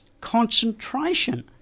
concentration